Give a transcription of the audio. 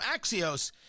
Axios